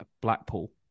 Blackpool